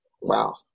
Wow